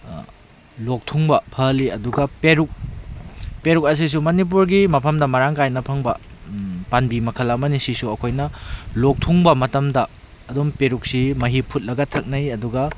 ꯂꯣꯛ ꯊꯨꯡꯕ ꯐꯍꯜꯂꯤ ꯑꯗꯨꯒ ꯄꯦꯔꯨꯛ ꯄꯦꯔꯨꯛ ꯑꯁꯤꯁꯨ ꯃꯅꯤꯄꯨꯔꯒꯤ ꯃꯐꯝꯗ ꯃꯔꯥꯡ ꯀꯥꯏꯅ ꯐꯪꯕ ꯄꯥꯝꯕꯤ ꯃꯈꯜ ꯑꯃꯅꯤ ꯁꯤꯁꯨ ꯑꯩꯈꯣꯏꯅ ꯂꯣꯛ ꯊꯨꯡꯕ ꯃꯇꯝꯗ ꯑꯗꯨꯝ ꯄꯦꯔꯨꯛꯁꯤ ꯃꯍꯤ ꯐꯨꯠꯂꯒ ꯊꯛꯅꯩ ꯑꯗꯨꯒ